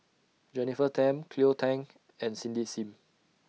Jennifer Tham Cleo Thang and Cindy SIM